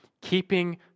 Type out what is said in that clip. Keeping